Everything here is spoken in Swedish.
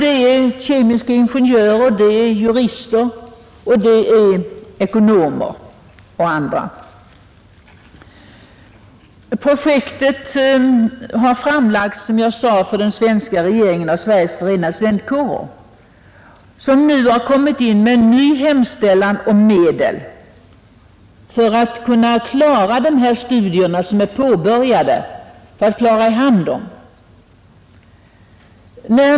Det gäller kemiska ingenjörer, jurister, ekonomer och andra studerande. Projektet har, som jag sade, framlagts för den svenska regeringen av Sveriges förenade studentkårer som nu gjort en ny hemställan om medel för att hjälpa dem som påbörjat studier att föra dem i hamn.